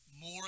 more